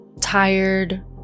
tired